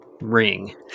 ring